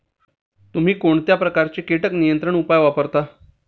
तुम्ही कोणत्या प्रकारचे कीटक नियंत्रण उपाय वापरता?